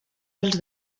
els